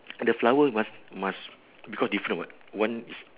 eh the flower must must we got different [what] one is